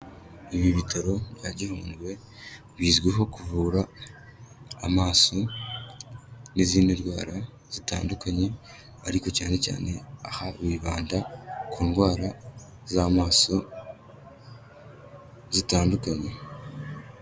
Ibi bitaro bya Gihundwe, bizwiho kuvura amaso n'izindi ndwara zitandukanye, ariko cyane cyane aha bibanda ku ndwara z'amaso zitandukanye.